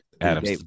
Adams